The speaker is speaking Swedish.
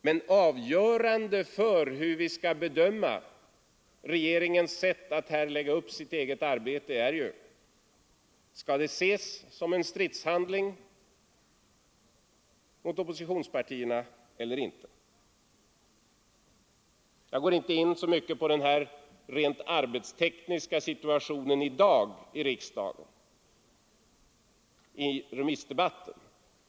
Men avgörande för hur vi skall bedöma regeringens sätt att lägga upp sitt eget arbete är: Skall det ses som en stridshandling mot oppositionspartierna eller inte? Jag går inte in så mycket på den rent arbetstekniska situationen i dag i riksdagen, i remissdebatten.